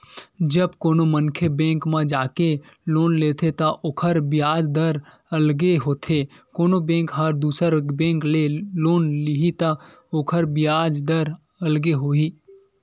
जब कोनो मनखे बेंक म जाके लोन लेथे त ओखर बियाज दर अलगे होथे कोनो बेंक ह दुसर बेंक ले लोन लिही त ओखर बियाज दर अलगे होही